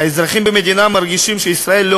האזרחים במדינה מרגישים שישראל לא